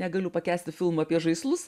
negaliu pakęsti filmų apie žaislus